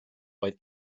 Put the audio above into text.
oedd